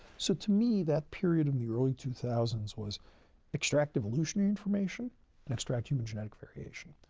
so, to me, that period in the early two thousand s was extract evolutionary information and extract human genetic variation.